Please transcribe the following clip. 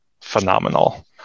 phenomenal